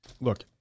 look